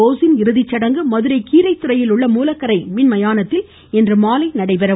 போஸின் இறுதிச்சடங்கு மதுரை கீரைத்துறையில் உள்ள மூலக்கரை மின்மயானத்தில் இன்று மாலை நடைபெறும்